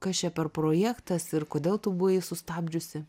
kas čia per projektas ir kodėl tu buvai sustabdžiusi